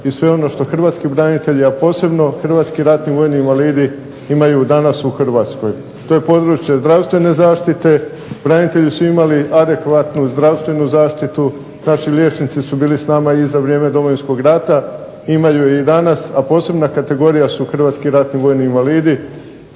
hrvatski branitelji, a posebno hrvatski ratni vojni invalidi imaju danas u Hrvatskoj. To je područje zdravstvene zaštite, branitelji su imali adekvatnu zdravstvenu zaštitu, znači liječnici su bili s nama i za vrijeme Domovinskog rata, imaju i danas, a posebna kategorija su hrvatski ratni vojni invalidi,